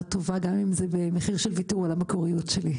טובה גם אם זה במחיר של ויתור על המקוריות שלי.